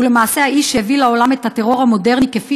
ולמעשה האיש שהביא לעולם את הטרור המודרני כפי